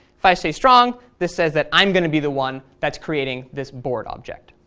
if i say strong, this says that i'm going to be the one that's creating this board object,